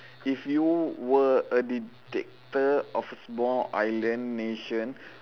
if you were a dictator of small island nation